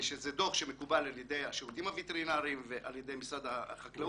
שזה דוח שמקובל על ידי השירותים הווטרינריים ועל ידי משרד החקלאות.